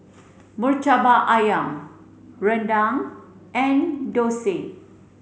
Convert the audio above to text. Murtabak Ayam Rendang and